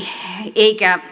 eikä